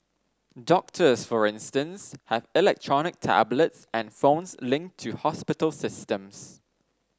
doctors for instance have electronic tablets and phones linked to hospital systems